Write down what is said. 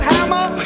Hammer